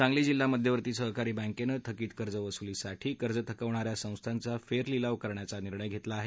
सांगली जिल्हा मध्यवर्ती सहकारी बँकेनं थकीत कर्ज वसूलीसाठी कर्ज थकवणाऱ्या संस्थांचा फेर लिलाव करण्याचा निर्णय घेतला आहे